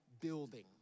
building